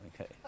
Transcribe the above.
okay